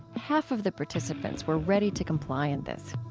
half of the participants were ready to comply in this.